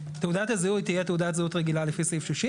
הבחירות והם גורמים שמקבלים גם תגמול בסופו של דבר.